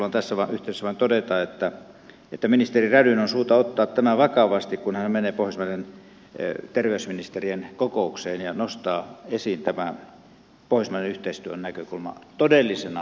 haluan tässä yhteydessä vain todeta että ministeri rädyn on syytä ottaa tämä vakavasti kun hän menee pohjoismaiden terveysministerien kokoukseen ja nostaa esiin tämä pohjoismaiden yhteistyön näkökulma todellisena mahdollisuutena meille kaikille